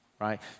right